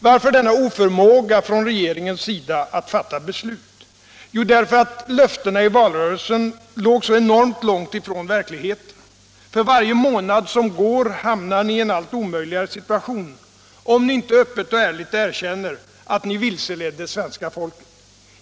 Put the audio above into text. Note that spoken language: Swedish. Varför denna oförmåga från regeringens sida att fatta beslut? Jo, därför att löftena i valrörelsen låg så enormt långt från verkligheten. För varje månad som går hamnar ni i en allt omöjligare situation om ni inte öppet och ärligt erkänner att ni vilseledde svenska folket.